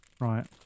right